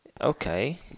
Okay